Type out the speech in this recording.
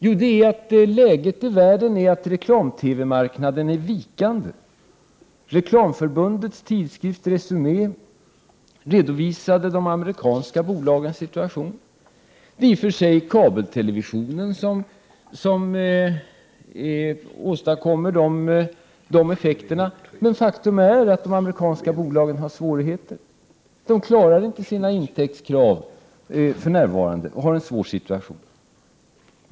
Ja, läget i världen är sådant att reklam-TV marknaden är vikande. Reklamförbundets tidskrift Resumé redovisade de amerikanska bolagens situation. Det är i och för sig kabeltelevisionen som åstadkommit dessa effekter. Men faktum är att de amerikanska bolagen har svårigheter. De klarar inte sina intäktskrav för närvarande och har en svår situation.